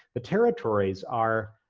the territories are,